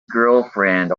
girlfriend